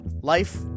life